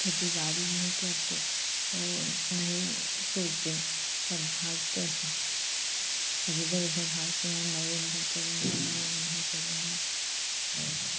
खेती बाड़ी नहीं करते और नहीं सोचते सब भागते हैं सब इधर उधर भागते है मैं ये नहीं करूँगा मैं वो नहीं करूँगा और